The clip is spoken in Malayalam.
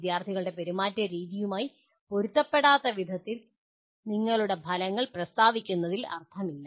വിദ്യാർത്ഥികളുടെ പെരുമാറ്റരീതിയുമായി പൊരുത്തപ്പെടാത്ത വിധത്തിൽ നിങ്ങളുടെ ഫലങ്ങൾ പ്രസ്താവിക്കുന്നതിൽ അർത്ഥമില്ല